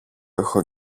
έχω